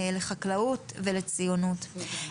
לחקלאות ולציונות.